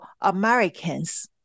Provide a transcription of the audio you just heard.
Americans